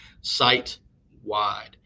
site-wide